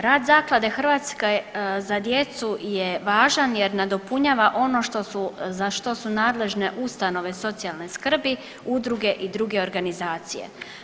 Rad Zaklade „Hrvatska za djecu“ je važan jer nadopunjava ono za što su nadležne ustanove socijalne skrbi, udruge i druge organizacije.